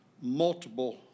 multiple